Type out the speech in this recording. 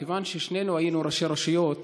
מכיוון ששנינו היינו ראשי רשויות